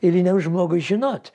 eiliniam žmogui žinot